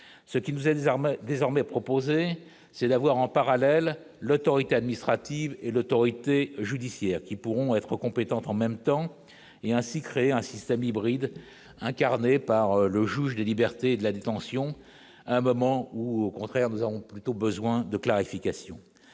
ce qui vous est désormais désormais proposée, c'est d'avoir, en parallèle, l'autorité administrative et l'autorité judiciaire qui pourront être compétente en même temps et ainsi créer un système hybride, incarnée par le juge des libertés et de la détention, à un moment ou, au contraire, nous avons plutôt besoin de clarification,